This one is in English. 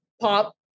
pop